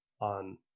on